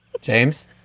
James